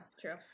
True